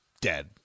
dead